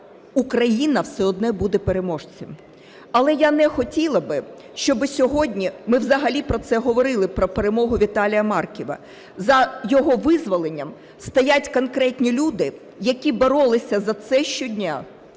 Україна все одно буде переможцем. Але я не хотіла би, щоб сьогодні ми взагалі про це говорили, про перемогу Віталія Марківа. За його визволенням стоять конкретні люди, які боролися за це щодня.